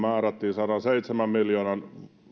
sadanseitsemän miljoonan euron